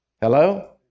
Hello